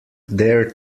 dare